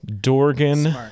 dorgan